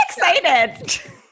excited